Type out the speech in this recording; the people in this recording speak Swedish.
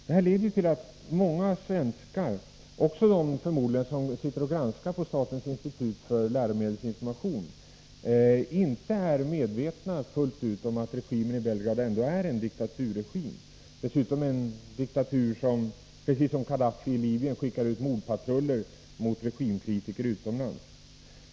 Detta leder till att många svenskar — förmodligen också de som sitter som granskare inom statens institut för läromedelsinformation — inte är medvetna fullt ut om att regimen i Belgrad ändå är en diktaturregim; och dessutom en diktatur som precis som Khadaffis i Libyen skickar ut mordpatruller mot regimkritiker utomlands.